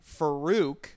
Farouk